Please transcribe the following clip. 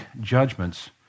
judgments